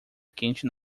quente